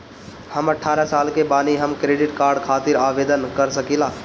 हम अठारह साल के बानी हम क्रेडिट कार्ड खातिर आवेदन कर सकीला?